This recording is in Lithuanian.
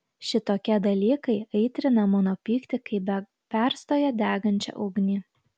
šitokie dalykai aitrina mano pyktį kaip be perstojo degančią ugnį